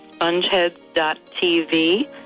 spongeheads.tv